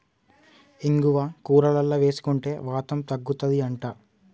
ఇంగువ కూరలల్ల వేసుకుంటే వాతం తగ్గుతది అంట